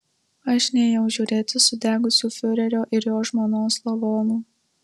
aš nėjau žiūrėti sudegusių fiurerio ir jo žmonos lavonų